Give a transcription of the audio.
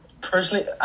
personally